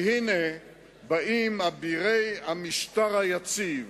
והנה, באים אבירי המשטר היציב